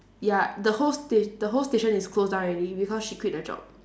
ya the whole sta~ the whole station is closed down already because she quit her job